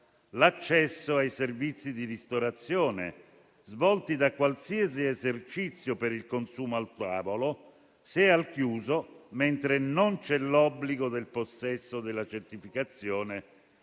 l'accesso ai servizi di ristorazione svolti da qualsiasi esercizio per il consumo al tavolo, se al chiuso, mentre non c'è l'obbligo del possesso della certificazione